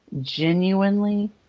genuinely